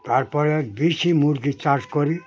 তারপরে দিশি মুরগি চাষ করি